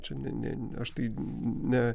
čia ne ne aš tai ne